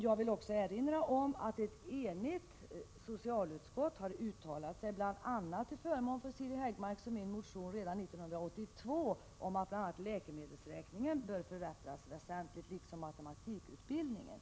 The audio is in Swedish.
Jag vill erinra om att ett enigt socialutskott uttalade sig till förmån för Siri Häggmarks och min motion redan 1982 om att läkemedelsräkningen liksom matematikutbildningen bör förbättras väsentligt inom vårdyrkesutbildningen.